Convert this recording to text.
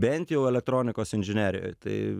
bent jau elektronikos inžinerijoj tai